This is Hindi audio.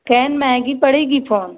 कहेन महंगी पड़ेगी फोन